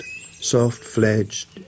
soft-fledged